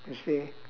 you see